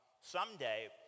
Someday